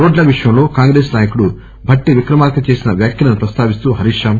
రోడ్ల విషయంలో కాంగ్రెస్ నాయకుడు భట్లి విక్రమార్క చేసిన వ్యాఖ్యలను ప్రస్తావిస్తూ హరీష్ రావు